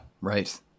right